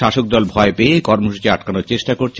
শাসকদল ভয় পেয়ে এই কর্মসূচী আটকানোর চেষ্টা করছে